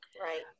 Right